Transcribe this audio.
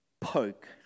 poke